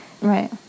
Right